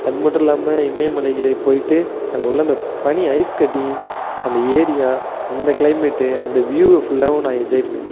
அதுமட்டும் இல்லாமல் இமயமலையில் போயிட்டு அங்கே உள்ள அந்த பனி ஐஸ்கட்டி அந்த ஏரியா அந்த கிளைமேட்டு அந்த வியூவு ஃபுல்லாகவும் நான் என்ஜாய் பண்ணணும்